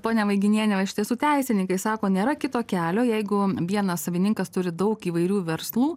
pone vaiginienė o iš tiesų teisininkai sako nėra kito kelio jeigu vienas savininkas turi daug įvairių verslų